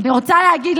אני רוצה להגיד.